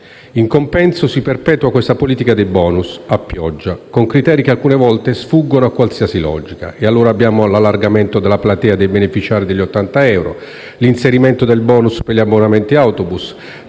In compenso si perpetua la politica dei *bonus* a pioggia, con criteri che alcune volte sfuggono a qualsiasi logica. Abbiamo allora l'allargamento della platea dei beneficiari degli 80 euro, l'inserimento del *bonus* per gli abbonamenti autobus,